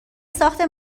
ساخت